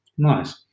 Nice